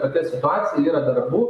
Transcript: tokia situacija yra darbų